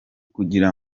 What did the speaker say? kugira